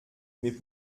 mes